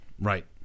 Right